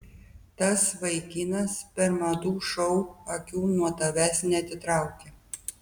tas vaikinas per madų šou akių nuo tavęs neatitraukė